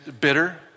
bitter